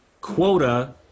quota